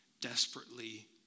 desperately